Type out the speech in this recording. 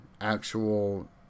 actual